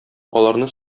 аларны